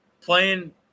playing